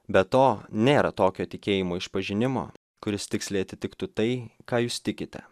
be to nėra tokio tikėjimo išpažinimo kuris tiksliai atitiktų tai ką jūs tikite